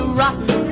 rotten